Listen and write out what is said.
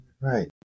Right